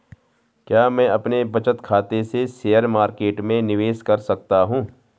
क्या मैं अपने बचत खाते से शेयर मार्केट में निवेश कर सकता हूँ?